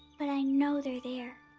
but i know they're they're